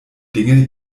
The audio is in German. dinge